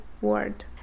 word